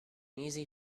easy